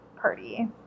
party